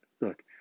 look